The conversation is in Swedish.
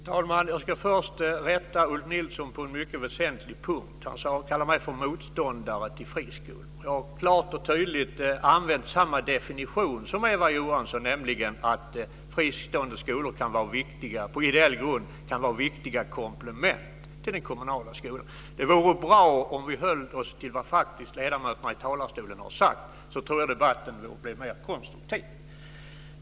Herr talman! Jag ska först rätta Ulf Nilsson på en mycket väsentlig punkt. Han kallade mig motståndare till friskolor. Jag har klart och tydligt använt samma definition som Eva Johansson, nämligen att fristående skolor på ideell grund kan vara viktiga komplement till den kommunala skolan. Det vore bra om vi höll oss till vad ledamöterna faktiskt har sagt i talarstolen. Då tror jag att debatten blir mer konstruktiv.